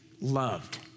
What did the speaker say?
loved